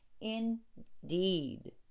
indeed